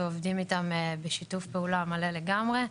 ועובדים איתם בשיתוף פעולה מלא לגמרי.